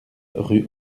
rue